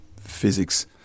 physics